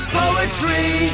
poetry